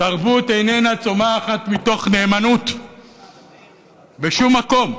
תרבות איננה צומחת מתוך נאמנות בשום מקום,